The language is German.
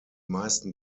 meisten